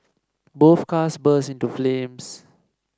both cars burst into flames